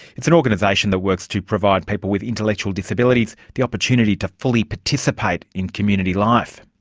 it's an organisation that works to provide people with intellectual disabilities the opportunity to fully participate in community life.